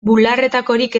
bularretakorik